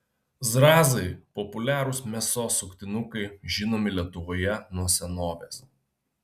zrazai populiarūs mėsos suktinukai žinomi lietuvoje nuo senovės